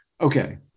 Okay